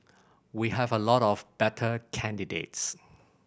we have a lot of better candidates